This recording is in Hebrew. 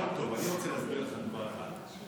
אני רוצה להסביר לך דבר אחד.